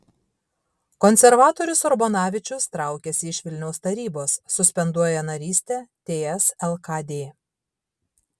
konservatorius urbonavičius traukiasi iš vilniaus tarybos suspenduoja narystę ts lkd